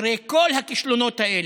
אחרי כל הכישלונות האלה,